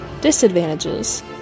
Disadvantages